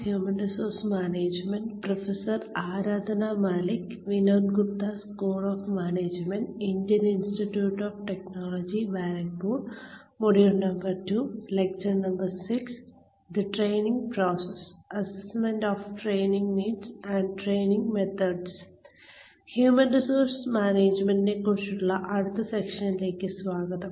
human resource മാനേജ്മെന്റിനെക്കുറിച്ചുള്ള അടുത്ത സെഷനിലേക്ക് സ്വാഗതം